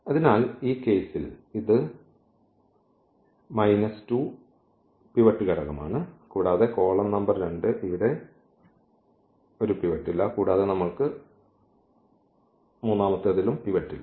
അതിനാൽ ഈ കേസിൽ ഇത് മൈനസ് 2 പിവറ്റ് ഘടകമാണ് കൂടാതെ കോളം നമ്പർ രണ്ട് ഇവിടെ ഒരു പിവറ്റ് ഇല്ല കൂടാതെ നമ്മൾക്ക് പിവറ്റ് ഇല്ല